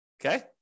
Okay